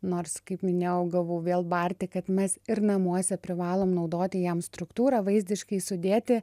nors kaip minėjau gavau vėl barti kad mes ir namuose privalome naudoti jam struktūrą vaizdiškai sudėti